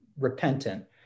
repentant